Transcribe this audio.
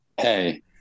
Hey